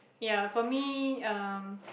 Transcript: ya for me um